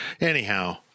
Anyhow